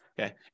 okay